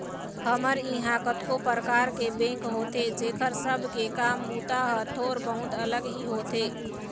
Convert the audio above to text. हमर इहाँ कतको परकार के बेंक होथे जेखर सब के काम बूता ह थोर बहुत अलग ही होथे